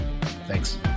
Thanks